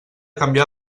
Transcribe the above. canviar